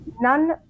None